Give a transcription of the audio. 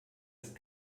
ist